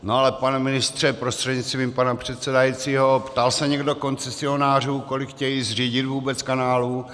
Ale pane ministře prostřednictvím pana předsedajícího, ptal se někdo koncesionářů, kolik chtějí zřídit vůbec kanálů?